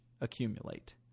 accumulate